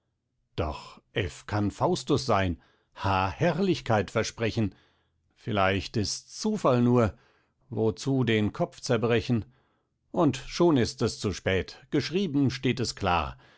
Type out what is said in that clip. doch f kann faustus sein h herrlichkeit versprechen vielleicht ists zufall nur wozu den kopf zerbrechen und schon ist es zu spät geschrieben steht es klar